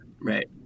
right